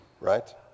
right